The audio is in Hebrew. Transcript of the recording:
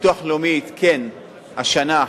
ביטוח לאומי עדכן השנה,